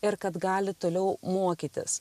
ir kad gali toliau mokytis